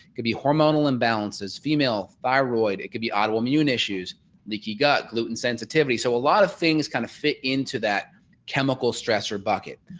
could be hormonal imbalances female thyroid, it could be autoimmune issues like he got gluten sensitivity so a lot of things kind of fit into that chemical stressor bucket.